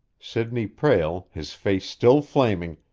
sidney prale, his face still flaming,